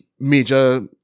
major